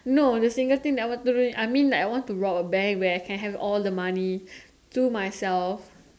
no the single thing that I want to ring I mean like I want to rob a bank where I can have all the money to myself